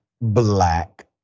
Black